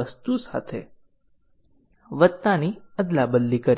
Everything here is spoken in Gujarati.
આ જો તમને યાદ હોય કે